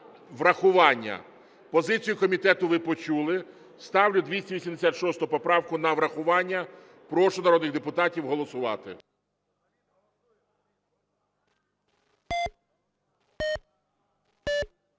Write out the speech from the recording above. врахування. Позицію комітету ви почули. Ставлю 286 поправку на врахування. Прошу народних депутатів голосувати.